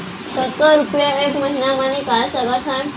कतका रुपिया एक महीना म निकाल सकथन?